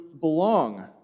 belong